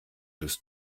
des